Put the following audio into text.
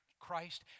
Christ